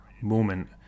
moment